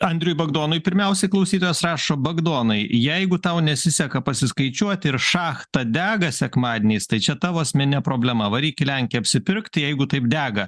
andriui bagdonui pirmiausiai klausytojas rašo bagdonai jeigu tau nesiseka pasiskaičiuoti ir šachta dega sekmadieniais tai čia tavo asmeninė problema varyk į lenkiją apsipirkt jeigu taip dega